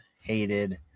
hated